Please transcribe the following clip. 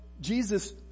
Jesus